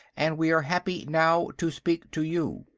and we are happy now to speak to you.